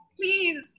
Please